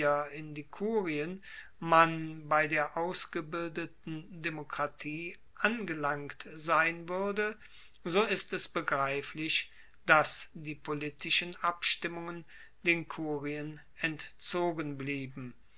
in die kurien man bei der ausgebildeten demokratie angelangt sein wuerde so ist es begreiflich dass die politischen abstimmungen den kurien entzogen blieben